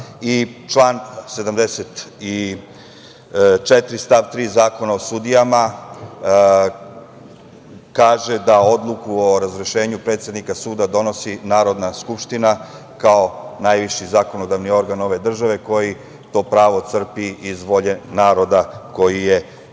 stav 3. Zakona o sudijama kaže da odluku o razrešenju predsednika suda donosi Narodna skupština kao najviši zakonodavni organ ove države koji to pravo crpi iz volje naroda koji je glasao